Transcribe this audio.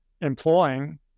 employing